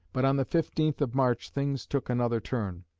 but on the fifteenth of march things took another turn.